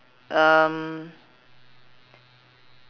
um